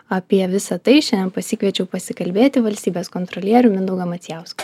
apie visa tai šiandien pasikviečiau pasikalbėti valstybės kontrolierių mindaugą macijauską